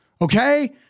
Okay